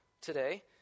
today